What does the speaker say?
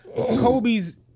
Kobe's—